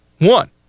One